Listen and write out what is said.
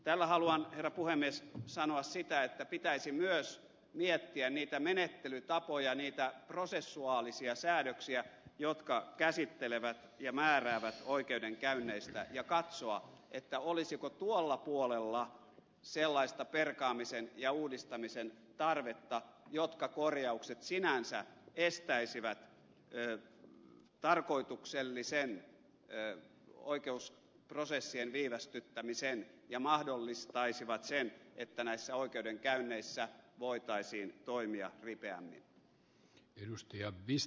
tällä haluan herra puhemies sanoa sitä että pitäisi myös miettiä niitä menettelytapoja niitä prosessuaalisia säädöksiä jotka määräävät oikeudenkäynneistä ja katsoa olisiko tuolla puolella sellaista perkaamisen ja uudistamisen tarvetta että korjaukset sinänsä estäisivät tarkoituksellisen oikeusprosessien viivästyttämisen ja mahdollistaisivat sen että näissä oikeudenkäynneissä voitaisiin toimia ripeämmin